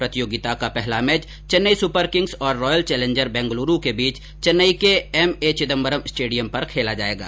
प्रतियोगिता का पहला मैच चैन्नई सुपरकिंग्स और रॉयल चैलेंजर्स बैंगलुरू के बीच चैन्नई के एम ए चिदम्बरम स्टेडियम पर खेला जायेगा